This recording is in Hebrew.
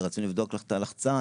רצינו לבדוק לך את הלחצן,